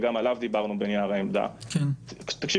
וגם עליו דיברנו בנייר העמדה תקשיבו,